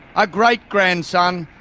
a great-grandson,